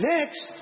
Next